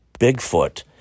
Bigfoot